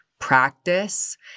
Practice